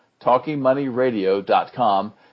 TalkingMoneyRadio.com